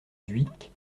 dhuicq